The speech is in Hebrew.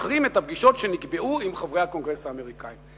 הפגישות שנקבעו עם חברי הקונגרס האמריקני.